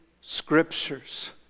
Scriptures